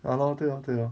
ya lor 对 lor 对 lor